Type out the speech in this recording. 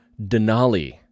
denali